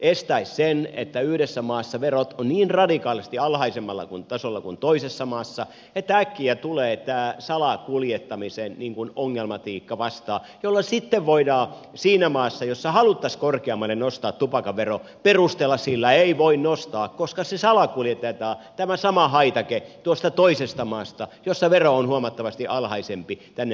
estäisi sen että yhdessä maassa verot ovat niin radikaalisti alhaisemmalla tasolla kuin toisessa maassa että äkkiä tulee tämä salakuljettamisen ongelmatiikka vastaan jolloin sitten voidaan siinä maassa jossa haluttaisiin korkeammalle nostaa tupakan vero perustella että siksi ei voi nostaa että tämä sama haitake salakuljetetaan tuosta toisesta maasta jossa vero on huomattavasti alhaisempi tänne meidän maahan